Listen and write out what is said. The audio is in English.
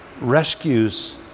rescues